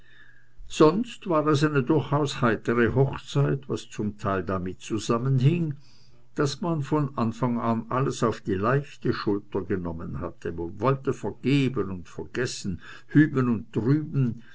sonst war es eine durchaus heitere hochzeit was zum teil damit zusammenhing daß man von anfang an alles auf die leichte schulter genommen hatte man wollte vergeben und vergessen hüben und drüben